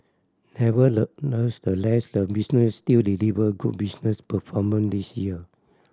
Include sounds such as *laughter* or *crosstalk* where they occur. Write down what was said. *unintelligible* the business still delivered good business performance this year